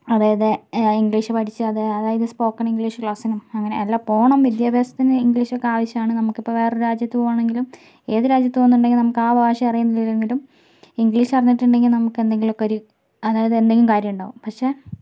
അതായത് ഇംഗ്ലീഷ് പഠിച്ച് അത് അതായത് സ്പോക്കൺ ഇംഗ്ലീഷ് ക്ലാസ്സിനും അങ്ങനെ അല്ല പോകണം വിദ്യാഭ്യാസത്തിന് ഇംഗ്ലീഷ് ഒക്കെ ആവശ്യമാണ് നമുക്കിപ്പം വേറെ രാജ്യത്ത് പോവുകയാണെങ്കിലും ഏതു രാജ്യത്ത് പോകുന്നുണ്ടെങ്കിൽ നമുക്ക് ആ ഭാഷ അറിയുന്നില്ലെങ്കിലും ഇംഗ്ലീഷ് അറിഞ്ഞിട്ടുണ്ടെങ്കിൽ നമുക്ക് എന്തെങ്കിലുമൊക്കെ ഒരു അതായത് എന്തെങ്കിലും കാര്യമുണ്ടാവും പക്ഷേ